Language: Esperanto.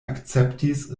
akceptis